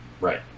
Right